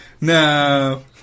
No